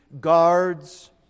guards